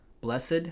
blessed